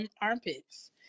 armpits